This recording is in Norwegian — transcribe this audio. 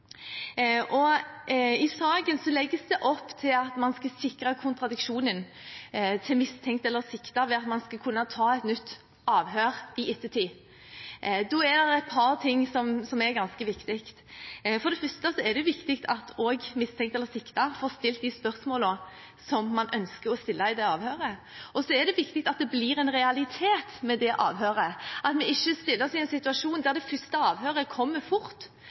I saken legges det opp til at man skal sikre kontradiksjonen til mistenkte eller siktede ved at man skal kunne ta et nytt avhør i ettertid. Da er det et par ting som er ganske viktig. For det første er det viktig at også mistenkte eller siktede får stilt de spørsmålene som man ønsker å stille i det avhøret. Og så er det viktig at det blir en realitet med det avhøret, at vi ikke stiller oss i en situasjon der det første avhøret kommer fort,